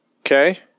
Okay